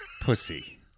Pussy